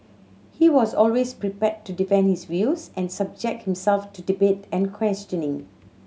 he was always prepared to defend his views and subject himself to debate and questioning